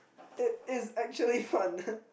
it is actually fun